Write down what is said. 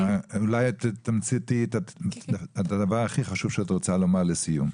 אולי תתמצתי את הדבר הכי חשוב שאת רוצה לומר לסיום.